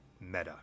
meta